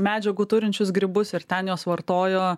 medžiagų turinčius grybus ir ten juos vartojo